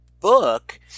book